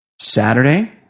Saturday